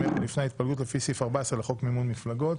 אלו לפני ההתפלגות לפי סעיף 14 לחוק מימון מפלגות."